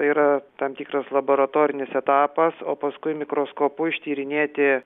yra tam tikras laboratorinis etapas o paskui mikroskopu ištyrinėti